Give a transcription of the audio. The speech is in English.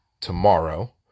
tomorrow